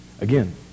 Again